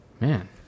man